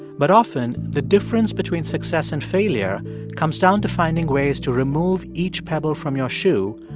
but often, the difference between success and failure comes down to finding ways to remove each pebble from your shoe,